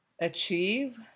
achieve